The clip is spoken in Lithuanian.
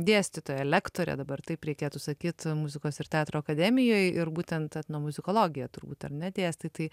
dėstytoja lektorė dabar taip reikėtų sakyt muzikos ir teatro akademijoj ir būtent etnomuzikologiją turbūt ar ne dėstai tai